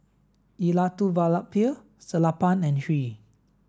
Elattuvalapil Sellapan and Hri